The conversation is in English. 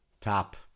top